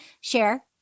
share